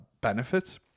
benefits